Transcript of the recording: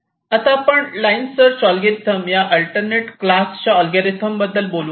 आता आपण line search algorithm या अल्टरनेट क्लास च्या अल्गोरिदम बद्दल बोलू